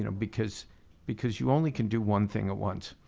you know because because you only can do one thing at once.